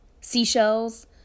seashells